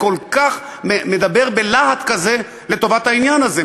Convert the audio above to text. מדבר בלהט כזה לטובת העניין הזה,